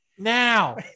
now